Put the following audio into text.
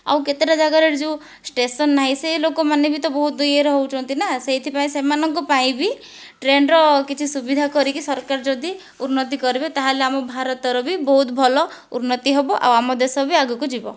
ଆଉ କେତେଟା ଜାଗାରେ ଯେଉଁ ଷ୍ଟେସନ ନାହିଁ ସେହି ଲୋକମାନେ ବି ତ ବହୁତ ଇୟେରେ ହେଉଛନ୍ତି ନା ସେଇଥିପାଇଁ ସେମାନଙ୍କ ପାଇଁ ବି ଟ୍ରେନର କିଛି ସୁବିଧା କରିକି ସରକାର ଯଦି ଉନ୍ନତି କରିବେ ତାହେଲେ ଆମ ଭାରତର ବି ବହୁତ ଭଲ ଉନ୍ନତି ହେବ ଆଉ ଆମ ଦେଶ ବି ଆଗକୁ ଯିବ